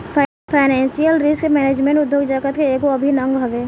financial risk management उद्योग जगत के एगो अभिन्न अंग हवे